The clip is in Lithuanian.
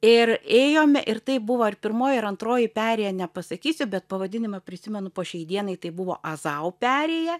ir ėjome ir tai buvo ar pirmoji ar antroji perėja nepasakysiu bet pavadinimą prisimenu po šiai dienai tai buvo azao perėja